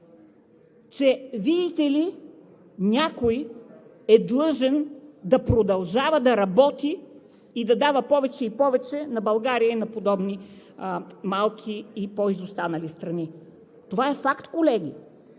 че, видите ли, някой е длъжен да продължава да работи и да дава повече и повече на България и на подобни малки и по-изостанали страни. Това е факт, колеги.